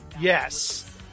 Yes